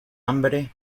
hambre